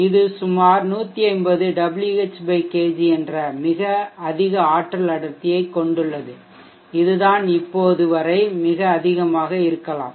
இது சுமார் 150 Wh kg என்ற மிக அதிக ஆற்றல் அடர்த்தியைக் கொண்டுள்ளது இதுதான் இப்போது வரை மிக அதிகமாக இருக்கலாம்